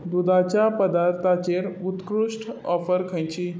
दुदाचे पदार्थचेर उत्कृश्ट ऑफर खंयची